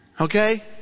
Okay